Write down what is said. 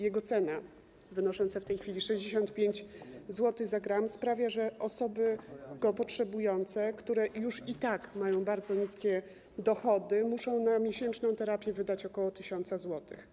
Jego cena, wynosząca w tej chwili 65 zł za 1 g, sprawia, że osoby go potrzebujące, które już i tak mają bardzo niskie dochody, muszą na miesięczną terapię wydać ok. 1 tys. zł.